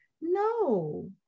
No